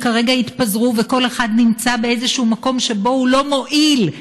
שכרגע התפזרו וכל אחד נמצא באיזשהו מקום שבו הוא לא מועיל,